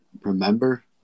remember